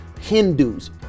Hindus